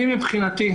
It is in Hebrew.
אני מבחינתי,